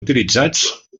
utilitzats